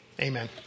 amen